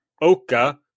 Oka